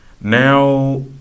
now